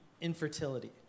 infertility